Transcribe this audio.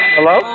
Hello